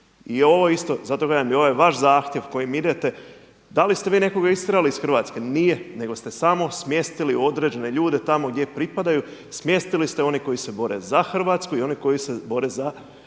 I ovo isto, zato kažem i ovaj vaš zahtjev kojim idete, da li ste vi nekoga istjerali iz Hrvatske, ne nego ste samo smjestili određene ljude tamo gdje pripadaju, smjestili ste one koji se bore za Hrvatsku i one koji se bore protiv Hrvatske.